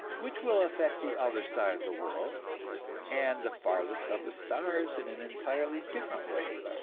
which will affect the other side of the world and the farthest of the stars in an entirely different way.